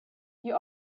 you